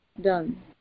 done